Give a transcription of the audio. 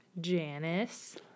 janice